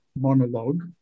monologue